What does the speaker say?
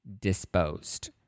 disposed